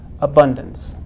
abundance